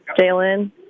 Jalen